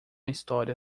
história